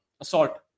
assault